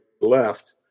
left